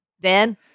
Dan